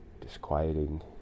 disquieting